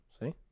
See